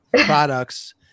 products